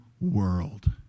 world